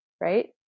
right